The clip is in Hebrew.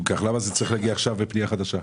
למה זה צריך להגיע עכשיו בפנייה חדשה?